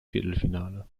viertelfinale